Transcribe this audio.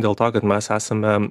dėl to kad mes esame